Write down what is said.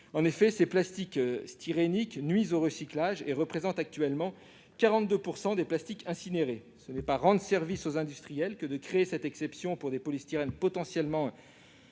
ce stade. Les plastiques styréniques nuisent au recyclage et représentent 42 % des plastiques incinérés. Ce n'est pas rendre service aux industriels que de créer cette exception pour des polystyrènes potentiellement